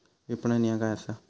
विपणन ह्या काय असा?